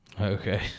Okay